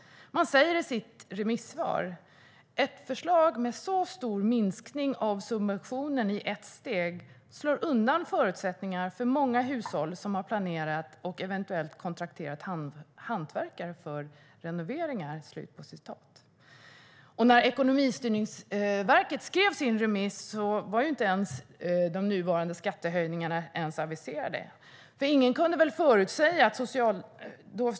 Man säger i sitt remissvar: Ett förslag med så stor minskning av subventionen i ett steg slår undan förutsättningarna för många hushåll som har planerat och eventuellt kontrakterat hantverkare för renoveringar. När Ekonomistyrningsverket skrev sitt remissvar var inte de nuvarande skattehöjningarna ens aviserade. Ingen kunde väl förutse detta.